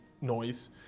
noise